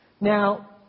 Now